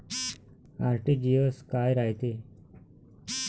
RTGS काय रायते?